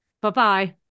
Bye-bye